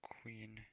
Queen